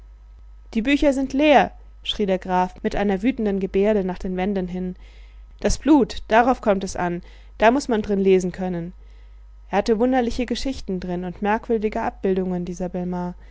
die bücher sind leer schrie der graf mit einer wütenden gebärde nach den wänden hin das blut darauf kommt es an da muß man drin lesen können er hatte wunderliche geschichten drin und merkwürdige abbildungen dieser belmare